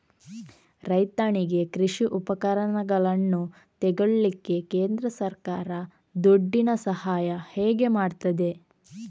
ರೈತನಿಗೆ ಕೃಷಿ ಉಪಕರಣಗಳನ್ನು ತೆಗೊಳ್ಳಿಕ್ಕೆ ಕೇಂದ್ರ ಸರ್ಕಾರ ದುಡ್ಡಿನ ಸಹಾಯ ಹೇಗೆ ಮಾಡ್ತದೆ?